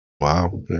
Wow